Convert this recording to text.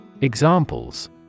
Examples